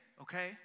okay